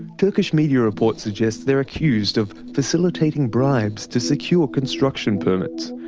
turkish media reports suggest they are accused of facilitating bribes to secure construction permits.